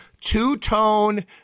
two-tone